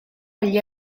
agli